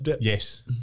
Yes